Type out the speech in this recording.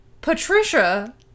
Patricia